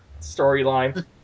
storyline